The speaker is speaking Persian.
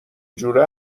جوره